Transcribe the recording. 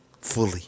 fully